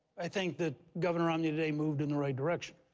i think that governor romney today moved in the right direction,